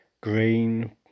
green